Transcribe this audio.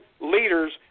leaders